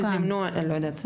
לא יודעת.